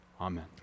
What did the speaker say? Amen